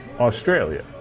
Australia